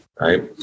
Right